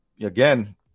Again